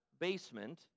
basement